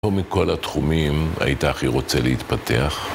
פה מכל התחומים היית הכי רוצה להתפתח?